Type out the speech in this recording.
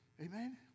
Amen